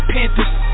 Panthers